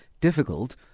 difficult